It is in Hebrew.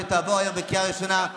שתעבור היום בקריאה ראשונה.